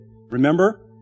Remember